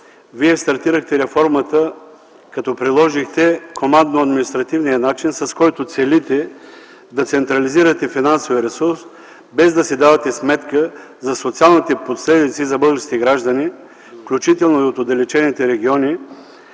Вие стартирахте реформата като приложихте командно-административния начин, с който целите да централизирате финансовия ресурс, без да си давате сметка за социалните последици за българските граждани включително и от отдалечените региони